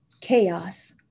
chaos